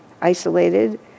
isolated